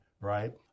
right